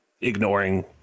ignoring